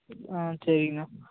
ஆ சரிங்ண்ணா